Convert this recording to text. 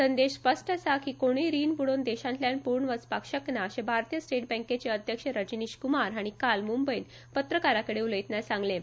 संदेश स्पश्ट आसा की कोणूय रीण बुडोवन देशांतल्यान पळून वचपाक शकना अशें भारतीय स्टेट बँकेचे अध्यक्ष रजनीश कुमार हांणी काल मुंबयंत पत्रकारां कडेन उलयतना सांगलें